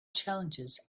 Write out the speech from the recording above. challenges